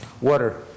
Water